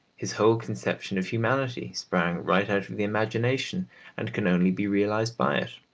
his whole conception of humanity sprang right out of the imagination and can only be realised by it.